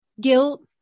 guilt